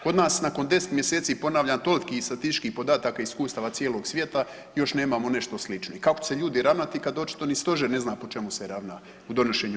Kod nas nakon 10 mjeseci, ponavljam to i iz statističkih podataka i iskustava cijelog svijeta još nemamo nešto slično i kako će se ljudi ravnati kad očito ni stožer ne zna po čemu se ravna u donošenju